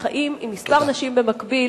וחיים עם כמה נשים במקביל,